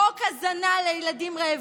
חוק הזנה לילדים רעבים,